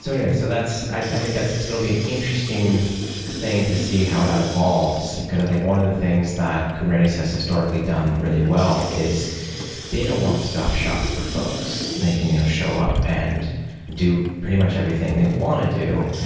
so anyway, so i i think that it's going to be interesting thing to see how that involves, because i think one of the things that kubernetes has historically done really well is being a one stop shop for folks. they can you know show up and do pretty much everything they want to do,